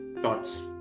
thoughts